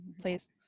please